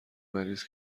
مریض